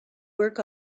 work